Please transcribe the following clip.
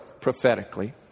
prophetically